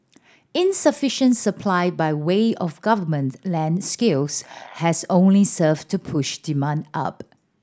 insufficient supply by way of government land skills has only served to push demand up